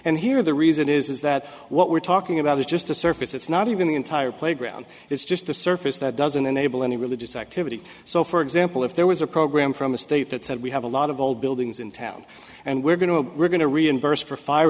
and here the reason is is that what we're talking about is just a surface it's not even the entire playground it's just a surface that doesn't enable any religious activity so for example if there was a program from a state that said we have a lot of old buildings in town and we're going to we're going to first for fire